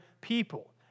people